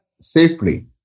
safely